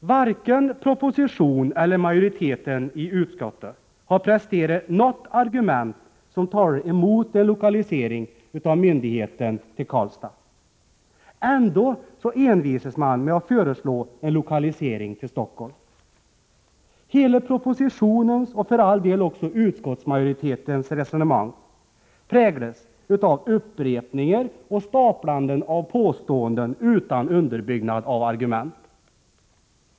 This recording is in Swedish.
Varken proposition eller utskottsmajoritet har alltså presterat något argument som talar emot en lokalisering av myndigheten till Karlstad. Ändå envisas man med att föreslå en lokalisering till Stockholm. Hela propositionens och för all del också utskottsmajoritetens resonemang präglas av upprepningar och staplande av påståenden utan underbyggnad av argument.